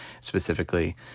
specifically